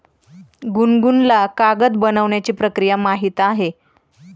गुनगुनला कागद बनवण्याची प्रक्रिया माहीत आहे